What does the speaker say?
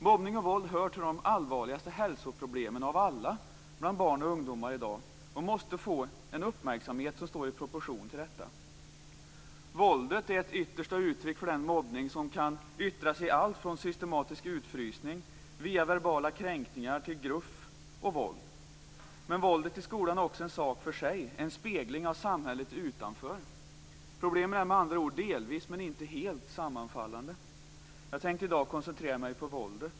Mobbning och våld hör till de allvarligaste hälsoproblemen av alla bland barn och ungdomar i dag och måste få en uppmärksamhet som står i proportion till detta. Våldet är ett yttersta uttryck för den mobbning som kan yttra sig i allt från systematisk utfrysning via verbala kränkningar till gruff och våld. Men våldet i skolan är också en sak för sig, en spegling av samhället utanför. Problemen är med andra ord delvis men inte helt sammanfallande. Jag tänker i dag koncentrera mig på våldet.